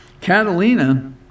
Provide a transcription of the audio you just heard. Catalina